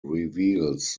reveals